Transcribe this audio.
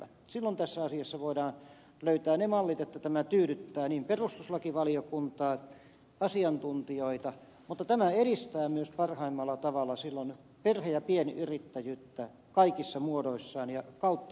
silloin tässä asiassa voidaan löytää ne mallit että tämä niin tyydyttää perustuslakivaliokuntaa asiantuntijoita kuin myös edistää parhaimmalla tavalla silloin perhe ja pienyrittäjyyttä kaikissa muodoissaan ja kautta koko maan